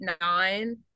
nine